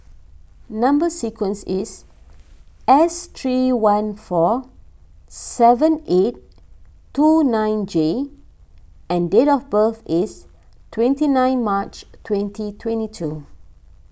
Number Sequence is S three one four seven eight two nine J and date of birth is twenty nine March twenty twenty two